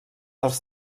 els